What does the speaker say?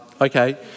Okay